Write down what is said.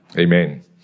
Amen